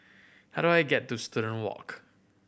how do I get to Student Walk